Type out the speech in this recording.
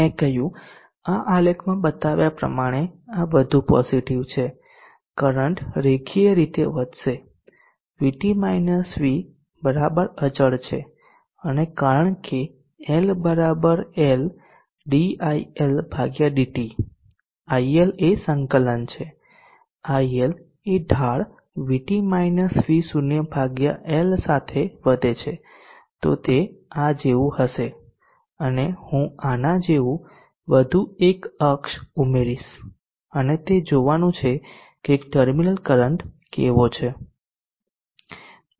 મેં કહ્યું આ આલેખમાં બતાવ્યા પ્રમાણે આ વધુ પોઝીટીવ છે કરંટ રેખીય રીતે વધશે VT V અચળ છે અને કારણ કે LL dILdt IL એ સંકલન છે IL એ ઢાળ L સાથે વધે છે તો તે આ જેવું હશે અને હું આના જેવું વધુ એક અક્ષ ઉમેરીશ અને તે જોવાનું છે કે ટર્મિનલ કરંટ કેવો છે